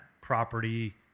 property